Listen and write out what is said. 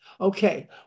Okay